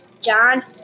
John